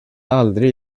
aldrig